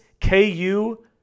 KU